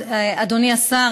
אדוני השר,